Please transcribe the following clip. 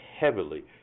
heavily